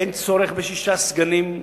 אין צורך בשישה סגנים,